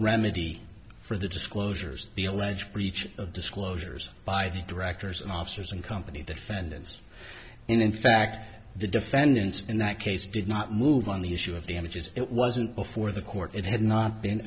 remedy for the disclosures the alleged breach of disclosures by the directors and officers and company defendants and in fact the defendants in that case did not move on the issue of damages it wasn't before the court it had not been